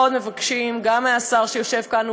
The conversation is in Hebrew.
מאוד מבקשים גם מהשר שיושב כאן,